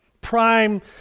prime